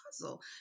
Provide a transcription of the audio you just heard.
puzzle